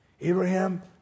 Abraham